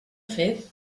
fet